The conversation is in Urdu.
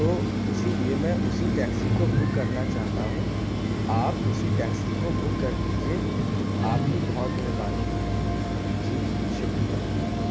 تو اسی لیے میں اسی ٹیکسی کو بک کرنا چاہتا ہوں آپ اسی ٹیکسی کو بک کر دیجیے آپ کی بہت مہربانی ہوگی جی شکریہ